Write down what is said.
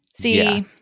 See